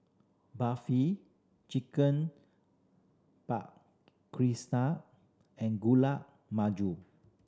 Barfi Chicken Paprikas and Gulab Jamun